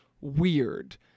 weird